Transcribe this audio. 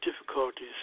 difficulties